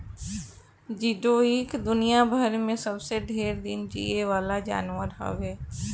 जियोडक दुनियाभर में सबसे ढेर दिन जीये वाला जानवर हवे